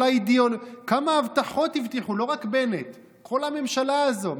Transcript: כמה הבטחות הבטיחו, לא רק בנט, כל הממשלה הזו.